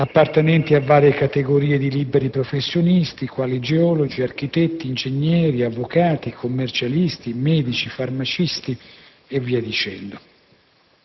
appartenenti a varie categorie di liberi professionisti, quali geologi, architetti, ingegneri, avvocati, commercialisti, medici, farmacisti e così via.